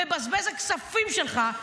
מבזבז הכספים שלך,